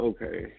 Okay